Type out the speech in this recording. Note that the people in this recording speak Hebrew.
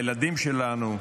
לילדים שלנו,